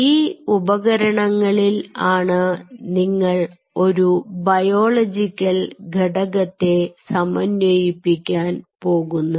ഈ ഉപകരണങ്ങളിൽ ആണ് നിങ്ങൾ ഒരു ബയോളജിക്കൽ ഘടകത്തെ സമന്വയിപ്പിക്കാൻ പോകുന്നത്